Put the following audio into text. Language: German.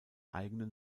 eigenen